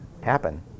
happen